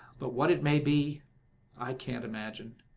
but what it may be i can't imagine.